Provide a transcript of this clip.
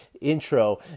intro